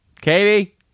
Katie